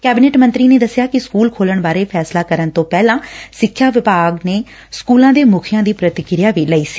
cabinet ਮੰਤਰੀ ਨੇ ਦੱਸਿਆਂ ਕਿ ਸਕੁਲ ਖੋਲੁਣ ਬਾਰੇ ਫੈਸਲਾ ਕਰਨ ਤੋ ਪਹਿਲਾਂ ਸਿੱਖਿਆ ਵਿਭਾਗ ਨੇ ਸਕਲਾਂ ਦੇ ਮੁਖੀਆਂ ਦੀ ਪੁਤੀਕੁਆ ਵੀ ਲਈ ਸੀ